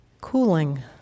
cooling